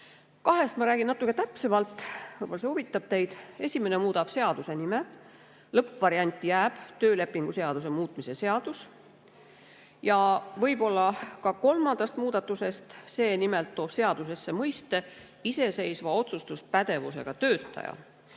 ma räägin natuke täpsemalt, võib-olla teid huvitab. Esimene muudab seaduse nime. Lõppvariant on töölepingu seaduse muutmise seadus. Ja võib-olla ka kolmandast muudatusest, mis toob seadusesse mõiste "iseseisva otsustuspädevusega töötaja".